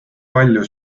palju